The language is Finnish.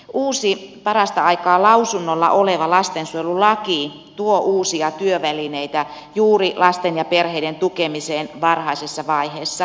uusi parasta aikaa lausunnolla oleva lastensuojelulaki tuo uusia työvälineitä juuri lasten ja perheiden tukemiseen varhaisessa vaiheessa